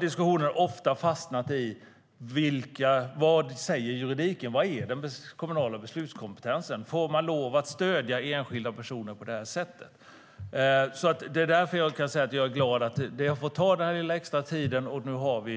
Diskussionen har dock ofta fastnat i vad juridiken säger, vad den kommunala beslutskompetensen är och om man får lov att stödja enskilda personer på det här sättet. Jag är därför glad att det har fått ta den lilla extra tiden så att vi nu har